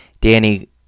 Danny